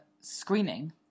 screening